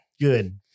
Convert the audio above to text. good